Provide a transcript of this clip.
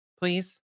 Please